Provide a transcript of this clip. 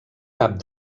cap